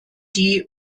die